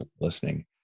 listening